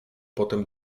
potem